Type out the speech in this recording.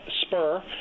spur